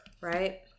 right